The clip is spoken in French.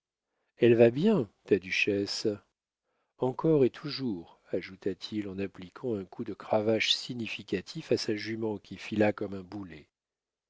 elle va bien ta duchesse encore et toujours ajouta-t-il en appliquant un coup de cravache significatif à sa jument qui fila comme un boulet